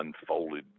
unfolded